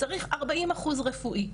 צריך 40 אחוז רפואי,